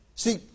See